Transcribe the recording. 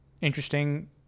interesting